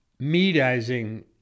medizing